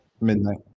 midnight